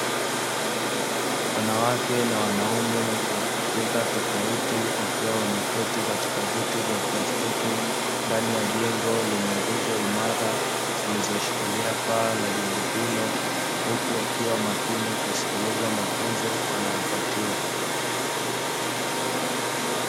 Wanawake na wanaume wa rika tofauti, wakiwa wameketi katika viti vya plastiki, ndani ya jengo lenye nguzo imara, zikiwa zilizoshikilia paa la jengo hilo, huku wakiwa makini kusikiliza mafunzo wanayopatiwa.